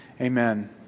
Amen